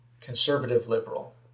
conservative-liberal